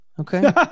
Okay